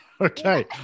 okay